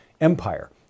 empire